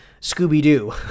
Scooby-Doo